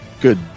good